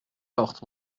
morte